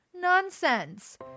Nonsense